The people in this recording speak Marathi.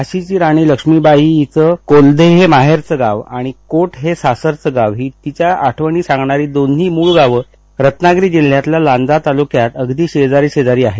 झाशीची राणी लक्ष्मीबाई हिचं कोलधे हे माहेरचं गाव आणि कोट हे सासरचं गाव ही तिच्या आठवणी जपणारी दोन्ही मुळ गावं रत्नागिरी जिल्ह्यातल्या लांजा तालुक्यात अगदी शेजारी शेजारी आहेत